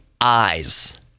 eyes